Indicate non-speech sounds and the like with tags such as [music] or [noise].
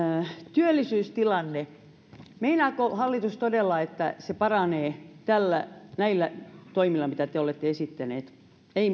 työllisyystilanne meinaako hallitus todella että se paranee näillä toimilla mitä te olette esittäneet ei [unintelligible]